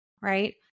right